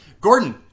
Gordon